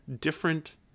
different